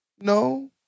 no